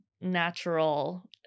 natural